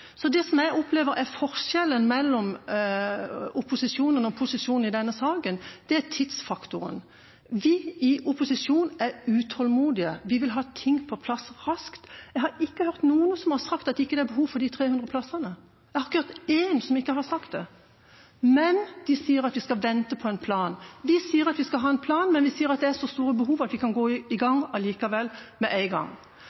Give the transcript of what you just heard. i opposisjon er utålmodige, vi vil ha ting på plass raskt. Jeg har ikke hørt noen som har sagt at det ikke er behov for de 300 plassene – jeg har ikke hørt én som har sagt det. Men de sier at vi skal vente på en plan. Vi sier at vi skal ha en plan, men vi sier at det er så store behov at vi allikevel kan gå i